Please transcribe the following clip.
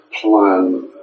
plan